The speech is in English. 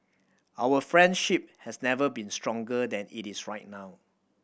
our friendship has never been stronger than it is right now